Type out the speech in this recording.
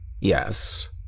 Yes